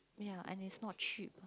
ya and it's not cheap